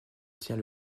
tient